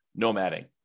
nomading